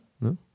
No